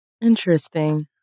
interesting